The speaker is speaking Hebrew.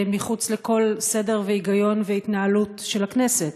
מחוץ לכל סדר, היגיון והתנהלות של הכנסת?